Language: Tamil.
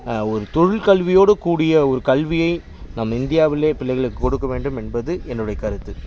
ஒரு தொழில்கல்வியோடுக்கூடிய ஒரு கல்வியை நம் இந்தியாவிலே பிள்ளைகளுக்கு கொடுக்க வேண்டும் என்பது என்னுடைய கருத்து